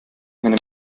meine